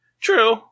True